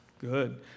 good